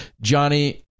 Johnny